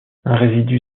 résidu